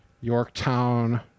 Yorktown